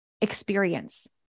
experience